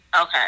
Okay